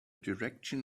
direction